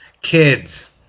Kids